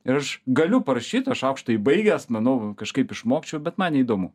ir aš galiu parašyt aš aukštąjį baigęs manau kažkaip išmokčiau bet man neįdomu